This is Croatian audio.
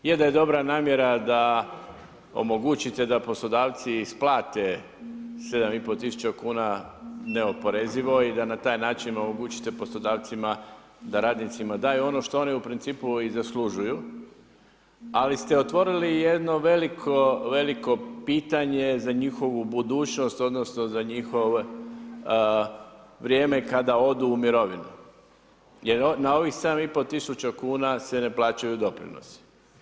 Je da je dobra namjera da omogućite da poslodavci isplate 7500 kuna neoporezivo i da na taj način omogućite poslodavcima da radnicima daju ono što oni u principu i zaslužuju ali ste otvorili jedno veliko, veliko pitanje za njihovu budućnost odnosno za njihovo vrijeme kada odu u mirovinu jer na ovih 7500 kuna se ne plaćaju doprinosi.